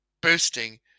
boosting